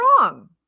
wrong